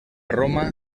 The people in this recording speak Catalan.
roma